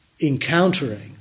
encountering